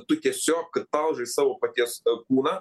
tu tiesiog talžai savo paties kūną